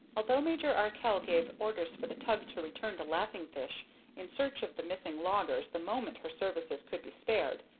although major arkell gave orders for the tug to return to laughing fish in search of the missing loggers the moment her services could be spared,